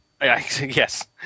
Yes